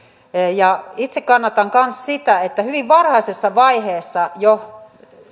itse kannatan kanssa sitä että hyvin varhaisessa vaiheessa jo